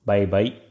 Bye-bye